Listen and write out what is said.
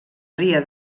ria